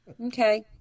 Okay